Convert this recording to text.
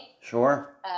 Sure